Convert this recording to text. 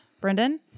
Brendan